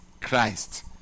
Christ